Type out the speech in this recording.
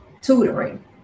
tutoring